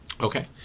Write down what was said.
Okay